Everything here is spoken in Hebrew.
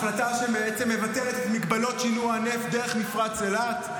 החלטה שבעצם מבטלת את הגבלות שינוע הנפט דרך מפרץ אילת?